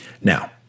Now